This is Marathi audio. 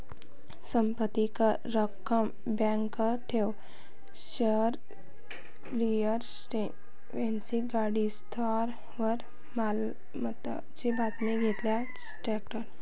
संपत्ती कर, रक्कम, बँक ठेव, शेअर्स, रिअल इस्टेट, वैक्तिक गाडी, स्थावर मालमत्ता व ताब्यात घेतलेले ट्रस्ट